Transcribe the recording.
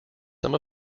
some